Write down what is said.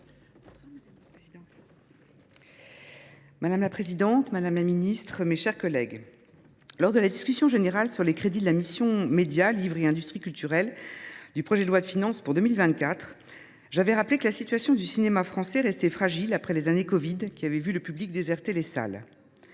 Madame la présidente, madame la secrétaire d’État, mes chers collègues, lors de la discussion générale sur les crédits de la mission « Médias, livre et industries culturelles » du projet de loi de finances pour 2024, j’avais rappelé que la situation du cinéma français restait fragile après les années covid, durant lesquelles le public avait déserté les salles